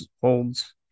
holds